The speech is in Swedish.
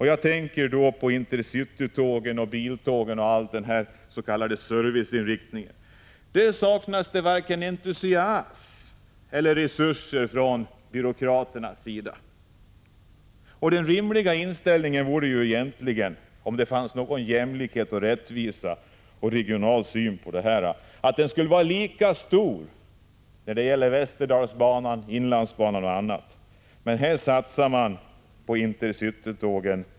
Jag tänker då på intercity-tågen och biltågen och all den s.k. serviceinriktningen. Här saknas det varken entusiasm eller resurser från byråkraternas sida. En rimlig Prot. 1985/86:142 inställning vore egentligen — om det fanns någon jämlikhet, rättvisa och 15 maj 1986 regional syn på dessa frågor — att entusiasmen borde vara lika stor när det gäller Västerdalsbanan, inlandsbanan och annat. Men här satsar man hejdlöst på intercity-tågen.